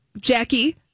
Jackie